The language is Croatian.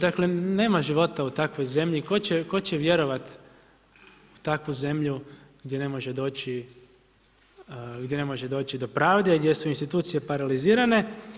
Dakle nema života u takvoj zemlji, tko će vjerovati takvu zemlju gdje ne može doći, gdje ne može doći do pravde, gdje su institucije paralizirane.